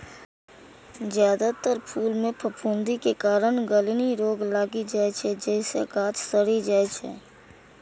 जादेतर फूल मे फफूंदी के कारण गलनी रोग लागि जाइ छै, जइसे गाछ सड़ि जाइ छै